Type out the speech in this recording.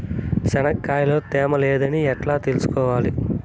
చెనక్కాయ లో తేమ లేదని ఎట్లా తెలుసుకోవాలి?